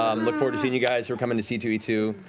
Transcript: um look forward to seeing you guys who are coming to c two e two.